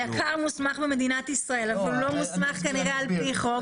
היק"ר מוסמך במדינת ישראל אבל הוא לא מוסמך כנראה על פי חוק.